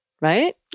right